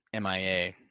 MIA